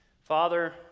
father